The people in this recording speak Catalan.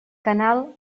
canal